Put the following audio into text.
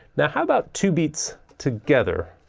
now how about two beats together?